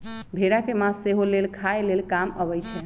भेड़ा के मास सेहो लेल खाय लेल काम अबइ छै